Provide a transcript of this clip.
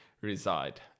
reside